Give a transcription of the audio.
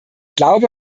glaube